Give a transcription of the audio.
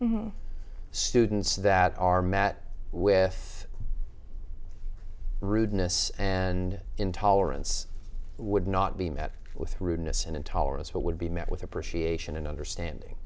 students that are met with rudeness and intolerance would not be met with rudeness and intolerance would be met with appreciation and understanding